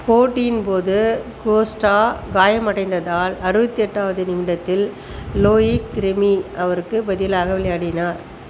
போட்டியின் போது கோஸ்டா காயமடைந்ததால் அறுபத்தியெட்டாவது நிமிடத்தில் லோயிக் ரெமி அவருக்கு பதிலாக விளையாடினார்